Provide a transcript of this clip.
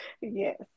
yes